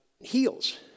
heals